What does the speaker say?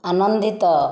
ଆନନ୍ଦିତ